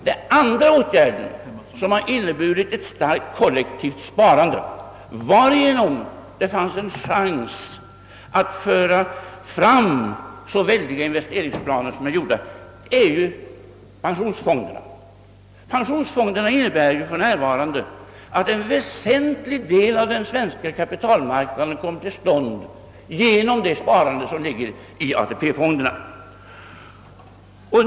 Denna andra åtgärd, som medfört ett så omfattande kollektivt sparande att det fanns en chans att lägga fram så väldiga investeringsplaner, är tillkomsten av pensionsfonderna — en väsentlig del av den svenska kapitalmarknaden har åstadkommits genom det sparande som gått till ATP-fonderna.